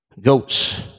Goats